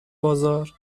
بازار